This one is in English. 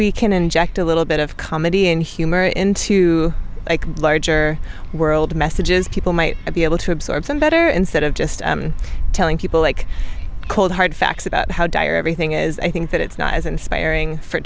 we can inject a little bit of comedy in humor into a larger world messages people might be able to absorb them better instead of just telling people like cold hard facts about how dire everything is i think that it's not as inspiring for